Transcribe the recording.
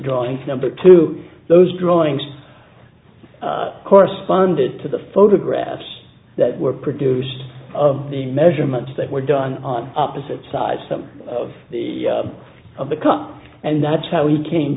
drawings number two those drawings corresponded to the photographs that were produced of the measurements that were done on opposite sides of the of the car and that's how we came